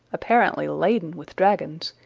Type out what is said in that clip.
apparently laden with dragons,